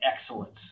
excellence